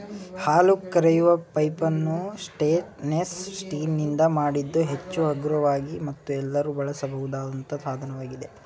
ಹಾಲು ಕರೆಯುವ ಪೈಪನ್ನು ಸ್ಟೇನ್ಲೆಸ್ ಸ್ಟೀಲ್ ನಿಂದ ಮಾಡಿದ್ದು ಹೆಚ್ಚು ಹಗುರವಾಗಿ ಮತ್ತು ಎಲ್ಲರೂ ಬಳಸಬಹುದಾದಂತ ಸಾಧನವಾಗಿದೆ